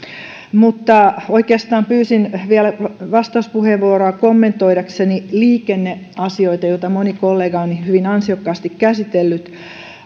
mutta oikeastaan pyysin vielä vastauspuheenvuoroa kommentoidakseni liikenneasioita joita moni kollega on hyvin ansiokkaasti käsitellyt